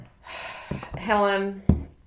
Helen